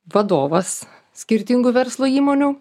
vadovas skirtingų verslo įmonių